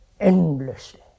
endlessly